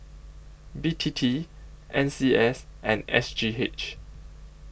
B T T N C S and S G H